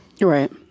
Right